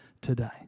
today